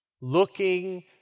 Looking